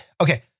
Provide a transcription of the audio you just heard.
Okay